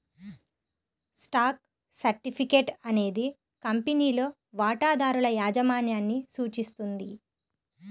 stock certificate అనేది కంపెనీలో వాటాదారుల యాజమాన్యాన్ని సూచిస్తుంది